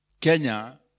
Kenya